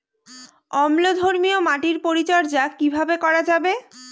অম্লধর্মীয় মাটির পরিচর্যা কিভাবে করা যাবে?